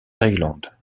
thaïlande